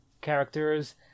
characters